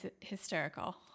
hysterical